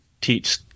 teach